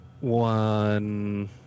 One